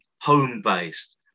home-based